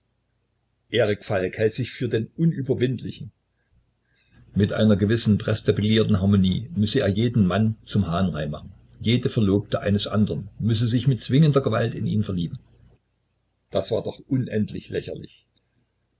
erik falk hält sich für den unüberwindlichen mit einer gewissen prästabilierten harmonie müsse er jeden mann zum hahnrei machen jede verlobte eines andren müsse sich mit zwingender gewalt in ihn verlieben das war doch unendlich lächerlich